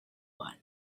one